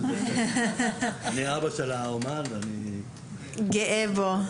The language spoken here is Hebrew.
אבא של האמן, ואני גאה בו.